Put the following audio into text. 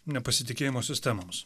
nepasitikėjimo sistemoms